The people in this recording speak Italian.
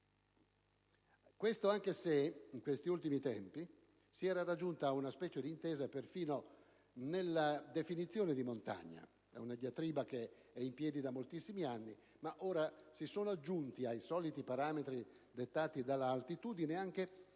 Questo, anche se negli ultimi tempi si era raggiunta una specie di intesa perfino nella definizione di montagna, una diatriba in piedi da moltissimi anni e nella quale ultimamente si sono aggiunti ai soliti parametri legati all'altitudine anche altri